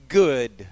good